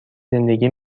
زندگی